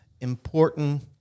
important